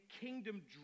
kingdom